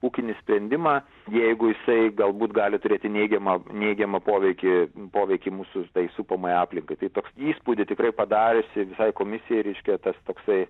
ūkinį sprendimą jeigu jisai galbūt gali turėti neigiamą neigiamą poveikį poveikį mūsų tai supamai aplinkai tai toks įspūdį tikrai padariusi visai komisijai reiškia tas toksai